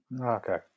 Okay